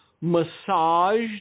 massaged